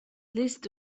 list